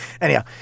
Anyhow